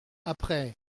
après